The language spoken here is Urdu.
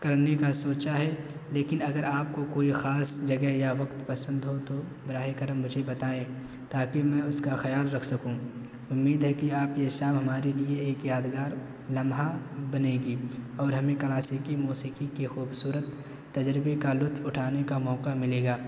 کرنے کا سوچا ہے لیکن اگر آپ کو کوئی خاص جگہ یا وقت پسند ہو تو براہ کرم مجھے بتائیں تاکہ میں اس کا خیال رکھ سکوں امید ہے کہ آپ یہ شام ہمارے لیے ایک یادگار لمحہ بنے گی اور ہمیں کلاسیکی موسیقی کے خوبصورت تجربہ کا لطف اٹھانے کا موقع ملے گا